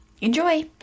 Enjoy